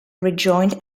rejoined